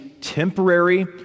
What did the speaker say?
temporary